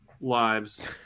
lives